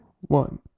one